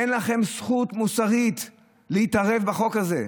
אין לכם זכות מוסרית להתערב בחוק הזה.